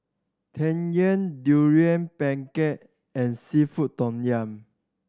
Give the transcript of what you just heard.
Tang Yuen Durian Pengat and seafood tom yum